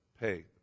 pay